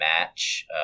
match